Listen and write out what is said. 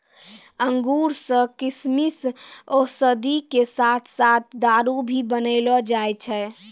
अंगूर सॅ किशमिश, औषधि के साथॅ साथॅ दारू भी बनैलो जाय छै